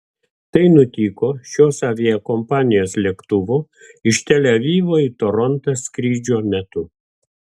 tai nutiko šios aviakompanijos lėktuvo iš tel avivo į torontą skrydžio metu